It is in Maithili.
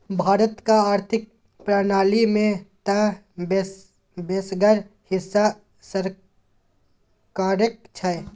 भारतक आर्थिक प्रणाली मे तँ बेसगर हिस्सा सरकारेक छै